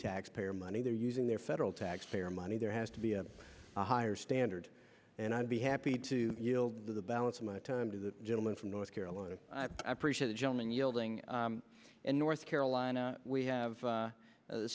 taxpayer money they're using their federal taxpayer money there has to be a higher standard and i'd be happy to yield the balance of my time to the gentleman from north carolina i appreciate a gentleman yielding in north carolina we have